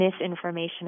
misinformation